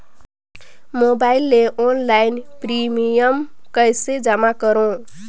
Mobile ले online premium कइसे जमा करों?